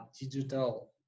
digital